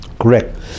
correct